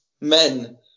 men